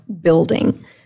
building